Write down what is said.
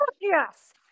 yes